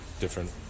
different